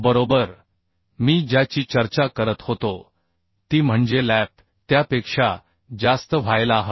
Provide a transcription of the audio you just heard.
बरोबर मी ज्याची चर्चा करत होतो ती म्हणजे लॅप त्यापेक्षा जास्त व्हायला हवी